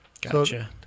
Gotcha